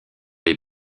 les